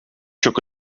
çok